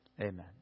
Amen